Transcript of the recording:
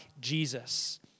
Jesus